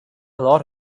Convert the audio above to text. lot